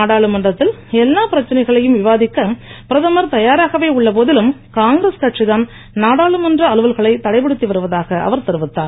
நாடாளுமன்றத்தில் எல்லாப் பிரச்சனைகளையும் விவாதிக்க பிரதமர் தயாராகவே உள்ள போதலும் காங்கிரஸ் கட்சி தான் நாடாளுமன்ற அலுவல்களை தடைப்படுத்தி வருவதாக அவர் தெரிவித்தார்